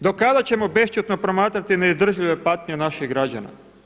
Do kada ćemo bešćutno promatrati neizdržljive patnje naših građana?